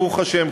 ברוך השם,